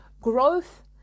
growth